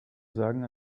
sagen